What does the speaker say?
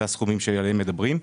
אלה הסכומים שעליהם מדברים.